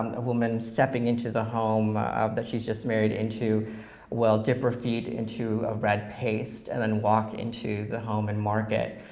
a woman stepping into the home that she's just married into will dip her feet into a red paste and then walk into the home and mark it.